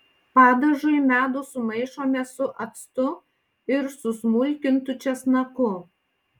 padažui medų sumaišome su actu ir susmulkintu česnaku